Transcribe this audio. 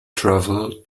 travel